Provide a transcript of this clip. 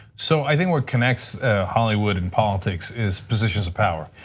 so i think what connects hollywood and politics is positions of power.